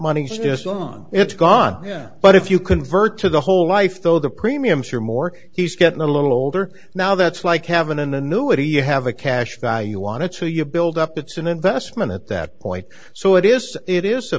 money is just on it's gone yeah but if you convert to the whole life though the premiums are more he's getting a little older now that's like having an annuity you have a cash value on it so you build up it's an investment at that point so it is it is a